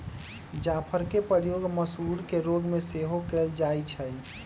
जाफरके प्रयोग मसगुर के रोग में सेहो कयल जाइ छइ